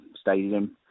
stadium